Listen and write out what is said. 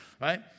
right